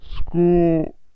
School